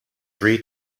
three